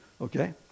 Okay